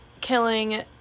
killing